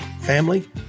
family